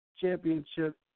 Championship